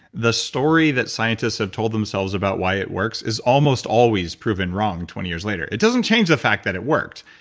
the story that scientists have told themselves about why it works is almost always proven wrong twenty years later. it doesn't change the fact that it worked.